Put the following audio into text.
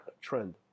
trend